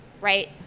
right